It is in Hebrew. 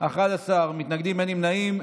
11 מתנגדים, אין נמנעים.